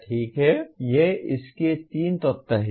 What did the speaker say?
ठीक है ये इसके तीन तत्व हैं